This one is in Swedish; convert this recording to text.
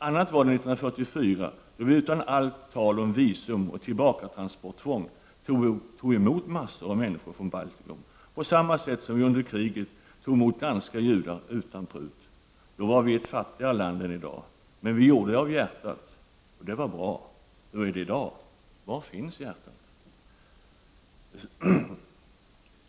Annat var det 1944, då vi utan allt tal om visum och tillbakatransporttvång tog emot massor av människor från Baltikum, på samma sätt som vi under kriget tog emot danska judar utan prut. Då var vi fattigare än vi är i dag. Men vi gjorde det av hjärtat. Det var bra. Hur är det i dag? Var finns hjärtat?